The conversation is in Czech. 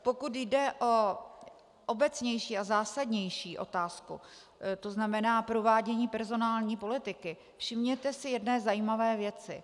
Pokud jde o obecnější a zásadnější otázku, to znamená provádění personální politiky, všimněte si jedné zajímavé věci.